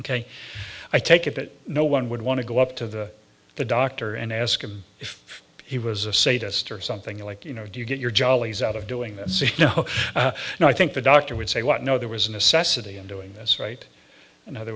ok i take it that no one would want to go up to the doctor and ask him if he was a sadist or something like you know do you get your jollies out of doing this and i think the doctor would say what no there was a necessity in doing this right in other